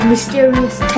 Mysterious